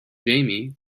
jamie